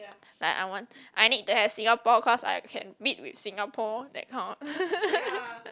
like I want I need to have Singapore cause I can beat with Singapore that kind of